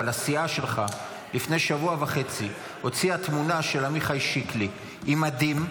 אבל הסיעה שלך לפני שבוע וחצי הוציאה תמונה של עמיחי שיקלי במדים,